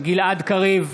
גלעד קריב,